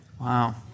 Wow